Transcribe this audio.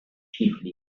chiefly